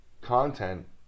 content